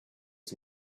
was